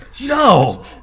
no